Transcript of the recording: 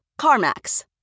CarMax